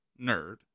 Nerd